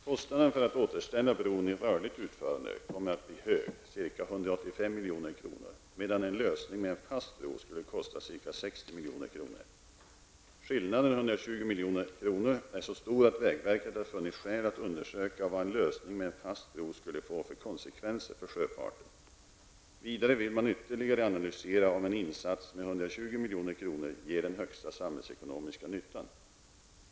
Kostnaden för att återställa bron i rörligt utförande kommer att bli hög, ca 185 milj.kr., medan en lösning med en fast bro skulle kosta ca 60 milj.kr. Skillnaden, 120 milj.kr., är så stor att vägverket har funnit skäl att undersöka vad en lösning med en fast bro skulle få för konsekvenser för sjöfarten. Vidare vill man ytterligare analysera om en insats med 120 milj.kr. ger den högsta samhällsekonomiska nyttan.